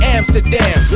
Amsterdam